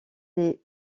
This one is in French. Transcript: les